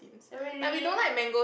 really